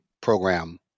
program